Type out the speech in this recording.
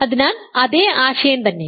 അതിനാൽ അതേ ആശയം തന്നെ